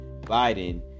Biden